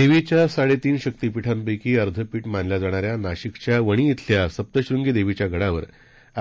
देवीच्या साडे तीन शक्तिपीठांपैकी अधेपीठ मानल्या जाणाऱ्या नाशिकच्या वणी शिल्या सप्तश्रृंगी देवीच्या गडावर